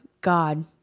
God